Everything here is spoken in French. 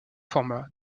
format